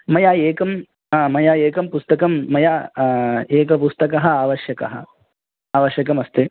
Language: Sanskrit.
मया एकं मया एकं पुस्तकं मया एकं पुस्तकं आवश्यकं आवश्यकमस्ति